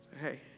Hey